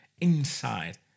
inside